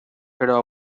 però